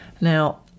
Now